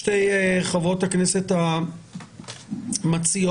שתי חברות הכנסת המציעות,